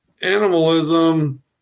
animalism